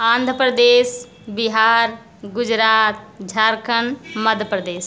Andhra Pradesh Bihar Gujarat Jharkhand Madhya Pradesh